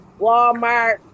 Walmart